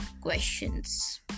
questions